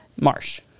marsh